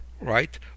right